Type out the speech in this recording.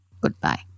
Goodbye